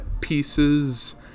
pieces